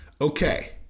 Okay